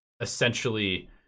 essentially